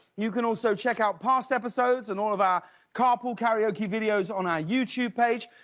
you can also check out past episodes and all of our carpool karaoke videos on our youtube page.